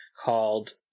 called